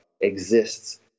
exists